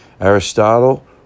Aristotle